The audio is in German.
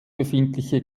befindliche